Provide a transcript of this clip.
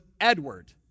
Edward